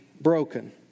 broken